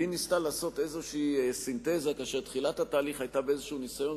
והיא ניסתה לעשות איזו סינתזה כאשר תחילת התהליך היתה באיזה ניסיון